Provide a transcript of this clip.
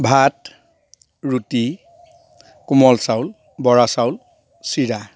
ভাত ৰুটি কোমল চাউল বৰা চাউল চিৰা